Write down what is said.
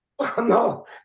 No